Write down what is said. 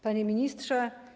Panie Ministrze!